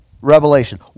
Revelation